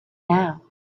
now